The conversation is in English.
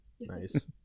Nice